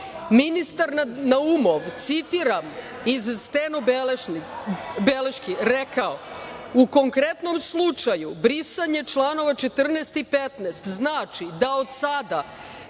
Ministar Naumov, citiram iz stenobeležaka, rekao je – u konkretnom slučaju brisanje članova 14. i 15. znači da od sada